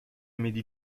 میدی